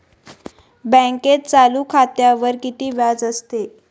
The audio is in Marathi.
बँकेत चालू खात्यावर किती व्याज असते?